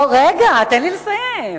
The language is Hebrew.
רגע, תן לי לסיים.